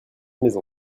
maisons